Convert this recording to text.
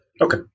Okay